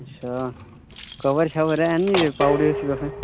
अच्छा कवर शबर हैन नी पाई ओड़ेयो उसी तुस